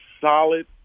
solid